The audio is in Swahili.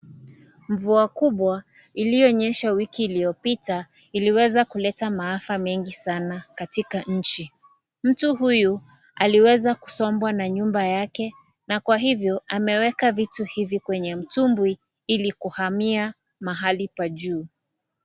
Mvua kubwa iliyonyesha wiki iliyopita iliweza kuleta maafa mengi sana katika nchi. Mtu huyu aliweza kusombwa na nyumba yake na kwa hivyo ameweka vitu hivi kwenye mtumbwi ili kuhamia mahali pa juu.